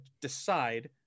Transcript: decide